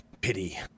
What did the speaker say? pity